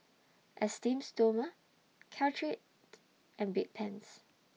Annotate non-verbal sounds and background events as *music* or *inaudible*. Esteem Stoma Caltrate *noise* and Bedpans